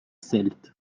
celtes